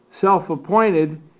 self-appointed